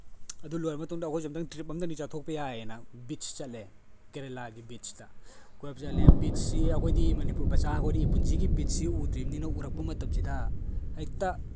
ꯑꯗꯨ ꯂꯣꯏꯔꯕ ꯃꯇꯨꯡꯗ ꯑꯩꯈꯣꯏꯁꯨ ꯑꯝꯇꯪ ꯇ꯭ꯔꯤꯞ ꯑꯃꯇꯪꯗꯤ ꯆꯠꯊꯣꯛꯄ ꯌꯥꯏꯑꯦꯅ ꯕꯤꯠꯁ ꯆꯠꯂꯦ ꯀꯦꯔꯦꯂꯥꯒꯤ ꯕꯤꯠꯁꯇꯥ ꯀꯣꯏꯕ ꯆꯠꯂꯦ ꯕꯤꯠꯁꯁꯤ ꯑꯩꯈꯣꯏꯗꯤ ꯃꯅꯤꯄꯨꯔ ꯃꯆꯥ ꯑꯩꯈꯣꯏꯗꯤ ꯄꯨꯟꯁꯤꯒꯤ ꯕꯤꯠꯁꯁꯤ ꯎꯗ꯭ꯔꯤꯕꯅꯤꯅ ꯕꯤꯠꯁꯁꯤ ꯎꯔꯛꯄ ꯃꯇꯝꯁꯤꯗ ꯍꯦꯛꯇ